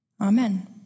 Amen